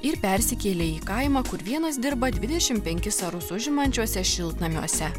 ir persikėlė į kaimą kur vienas dirba dvidešim penkis arus užimančiuose šiltnamiuose